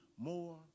more